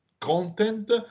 content